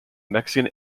mexican